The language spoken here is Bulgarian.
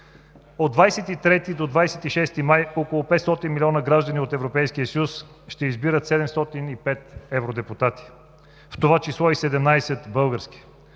От 23 до 26 май около 500 милиона граждани от Европейския съюз ще избират 705 евродепутати, в това число и 17 български.